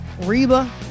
Reba